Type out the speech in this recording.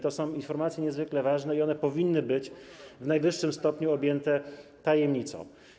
To są informacje niezwykle ważne i one powinny być w najwyższym stopniu objęte tajemnicą.